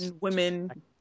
women